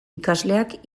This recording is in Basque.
ikasleak